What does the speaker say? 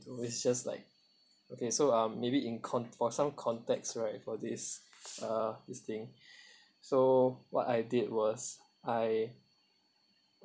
so it was just like okay so um maybe in con~ for some context right for this uh this thing so what I did was I